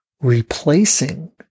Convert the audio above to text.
replacing